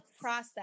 process